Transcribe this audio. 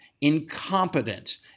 incompetent